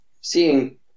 seeing